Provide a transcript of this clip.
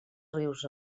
rius